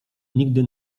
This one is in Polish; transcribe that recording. nigdy